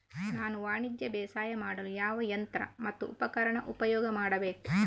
ನಾನು ವಾಣಿಜ್ಯ ಬೇಸಾಯ ಮಾಡಲು ಯಾವ ಯಂತ್ರ ಮತ್ತು ಉಪಕರಣ ಉಪಯೋಗ ಮಾಡಬೇಕು?